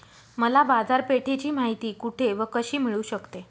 मला बाजारपेठेची माहिती कुठे व कशी मिळू शकते?